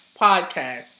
Podcast